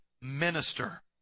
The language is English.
minister